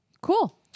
Cool